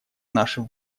нашим